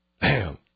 Bam